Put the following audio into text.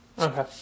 Okay